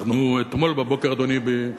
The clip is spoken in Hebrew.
אתמול בבוקר, אדוני,